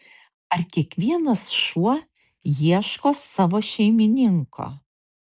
ar kiekvienas šuo ieško savo šeimininko